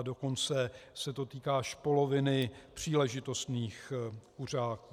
Dokonce se to týká až poloviny příležitostných kuřáků.